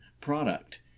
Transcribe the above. product